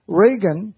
Reagan